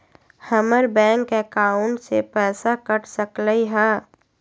हमर bank account से पैसा कट सकलइ ह?